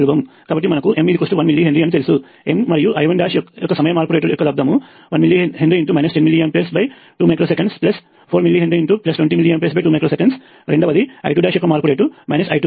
కాబట్టి మనకు M1 millihenry అని తెలుసు M మరియుI1 సమయ మార్పు రేటు యొక్క లబ్దము 1mH 10mA2us 4mH20mA2us రెండవది I2 యొక్క మార్పు రేటు I2